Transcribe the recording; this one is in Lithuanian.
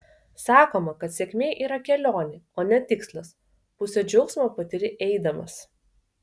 sakoma kad sėkmė yra kelionė o ne tikslas pusę džiaugsmo patiri eidamas